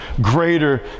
greater